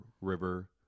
river